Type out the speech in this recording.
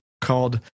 called